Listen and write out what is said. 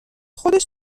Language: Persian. خودش